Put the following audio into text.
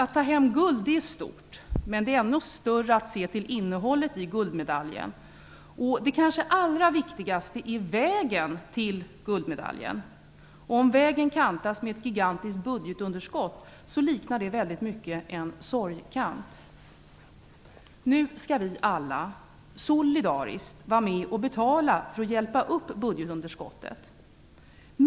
Det är stort att få guld. Men det är ännu större att se till innehållet i guldmedaljen. Det kanske allra viktigaste i vägen till guldmedaljen, är att vägen kantas av ett gigantiskt budgetunderskott som liknar en sorgkant. Nu skall vi alla solidariskt vara med och betala för att hjälpa till att minska budgetunderskottet.